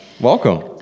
Welcome